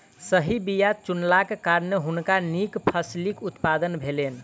सही बीया चुनलाक कारणेँ हुनका नीक फसिलक उत्पादन भेलैन